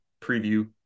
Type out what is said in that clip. preview